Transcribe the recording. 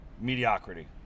mediocrity